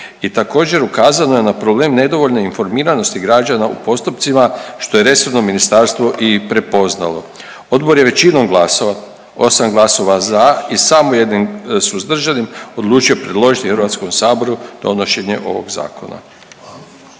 i također ukazana na problem nedovoljne informiranosti građana u postupcima, što je resorno ministarstvo i prepoznalo. Odbor je većinom glasova, 8 glasova za i samo jednim suzdržanim odlučio predložiti HS donošenje ovog zakona.